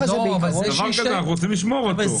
דבר כזה אנחנו רוצים לשמור פה.